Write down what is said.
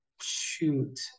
shoot